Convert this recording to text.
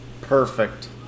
Perfect